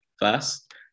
First